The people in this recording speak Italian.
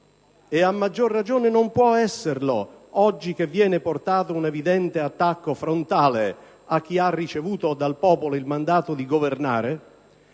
(e a maggior ragione non può esserlo oggi che viene portato un evidente attacco frontale a chi ha ricevuto dal popolo il mandato di governare),